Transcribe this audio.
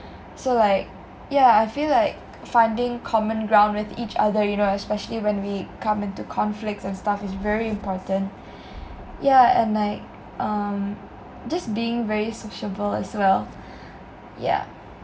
so like yah I feel like finding common ground with each other you know especially when we come into conflicts and stuff is very important yah and I um just being very sociable as well yah